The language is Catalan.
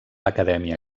acadèmia